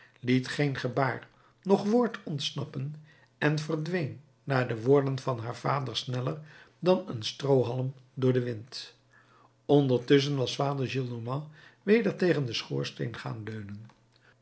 liet geen gebaar noch woord ontsnappen en verdween na de woorden van haar vader sneller dan een stroohalm voor den wind ondertusschen was vader gillenormand weder tegen den schoorsteen gaan leunen